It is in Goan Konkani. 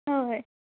हय